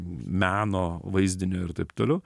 meno vaizdinio ir taip toliau